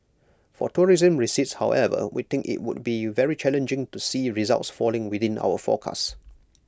for tourism receipts however we think IT would be very challenging to see results falling within our forecast